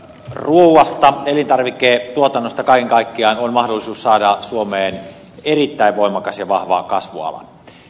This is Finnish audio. ruuasta ja elintarviketuotannosta kaiken kaikkiaan on mahdollisuus saada suomeen erittäin voimakas ja vahva kasvuala